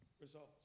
results